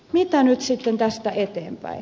mitä nyt sitten tästä eteenpäin